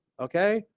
okay?